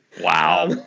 Wow